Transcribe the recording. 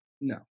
No